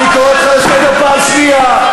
אני קורא אותך לסדר פעם שנייה.